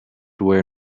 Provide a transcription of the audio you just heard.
where